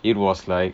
it was like